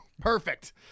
Perfect